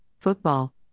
football